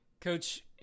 Coach